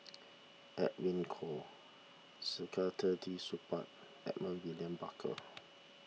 Edwin Koo Saktiandi Supaat Edmund William Barker